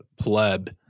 pleb